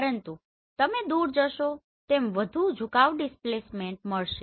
પરંતુ તમે દુર જશો તેમ વધુ ઝુકાવ ડિસ્પ્લેસમેન્ટ મળશે